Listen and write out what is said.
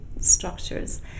structures